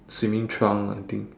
swimming trunk I think